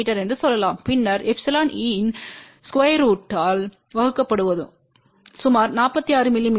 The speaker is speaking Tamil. மீ என்று சொல்லலாம் பின்னர் Eeஇன் ஸ்கொயர் ரூட்த்தால் வகுக்கப்படுவோம் சுமார் 46 மி